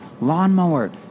Lawnmower